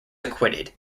acquitted